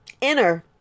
inner